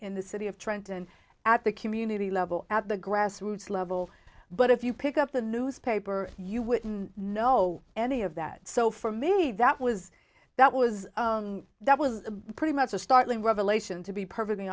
in the city of trenton at the community level at the grassroots level but if you pick up the newspaper you wouldn't know any of that so for me that was that was that was pretty much a startling revelation to be perfectly